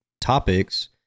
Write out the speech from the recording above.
topics